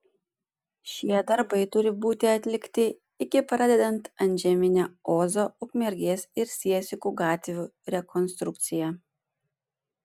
šie darbai turi būti atlikti iki pradedant antžeminę ozo ukmergės ir siesikų gatvių rekonstrukciją